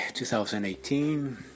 2018